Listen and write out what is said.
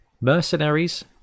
mercenaries